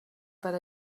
per